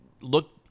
look